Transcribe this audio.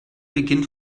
beginnt